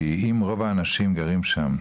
כי אם רוב האנשים גרים שם,